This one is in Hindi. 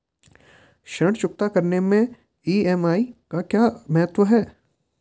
ऋण चुकता करने मैं ई.एम.आई का क्या महत्व है?